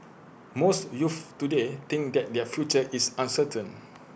most youths today think that their future is uncertain